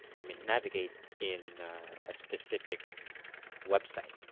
i mean navigate in a specific website.